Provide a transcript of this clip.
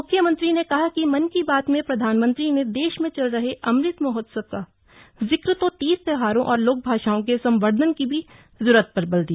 म्ख्यमंत्री ने कहा कि मन की बात में प्रधानमंत्री ने देश में चल रहे अमृत महोत्सव का जिक्र किया तो तीज त्योहारों और लोक भाषाओं के संवर्द्वन की भी जरूरत पर बल दिया